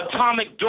Atomic